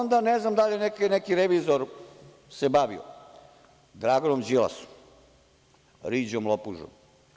Ne znam da li se neki revizor bavio Draganom Đilasom, riđom lopužom.